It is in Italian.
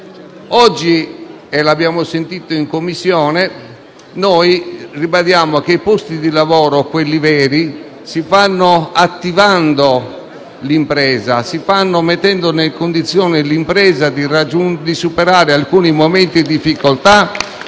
Oggi - l'abbiamo sentito in Commissione - noi ribadiamo che i posti di lavoro, quelli veri, si creano attivando l'impresa, mettendo in condizione l'impresa di superare alcuni momenti di difficoltà,